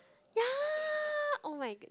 ya oh my g~